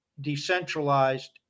decentralized